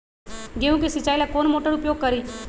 गेंहू के सिंचाई ला कौन मोटर उपयोग करी?